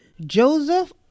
Joseph